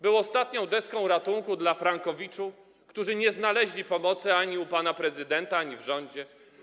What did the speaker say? Był ostatnią deską ratunku dla frankowiczów, którzy nie znaleźli pomocy ani u pana prezydenta, ani w rządzie.